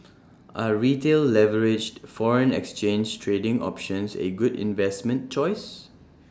are retail leveraged foreign exchange trading options A good investment choice